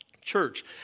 church